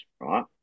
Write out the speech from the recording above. right